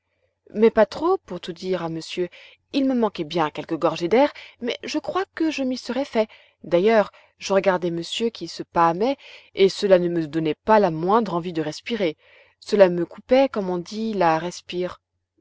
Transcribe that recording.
mais pas trop pour tout dire à monsieur il me manquait bien quelques gorgées d'air mais je crois que je m'y serais fait d'ailleurs je regardais monsieur qui se pâmait et cela ne me donnait pas la moindre envie de respirer cela me coupait comme on dit le respir